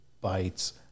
bites